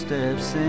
Steps